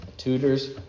tutor's